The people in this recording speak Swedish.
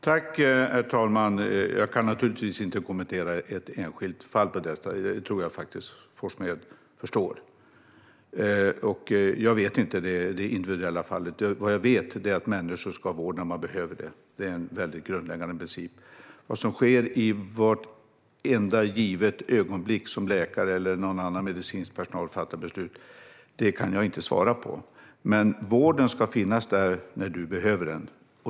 Herr talman! Jag kan naturligtvis inte kommentera ett enskilt fall. Det tror jag att Forssmed förstår. Jag vet inget om det individuella fallet, men vad jag vet är att människor ska ha vård när de behöver det. Det är en grundläggande princip. Vad som sker i vartenda givet ögonblick som läkare eller annan medicinsk personal fattar beslut kan jag inte svara på, men vården ska finnas där när du behöver den.